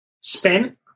spent